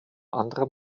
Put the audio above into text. anderem